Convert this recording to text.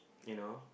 you know